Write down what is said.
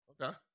Okay